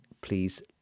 Please